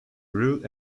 route